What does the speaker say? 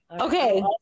Okay